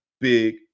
big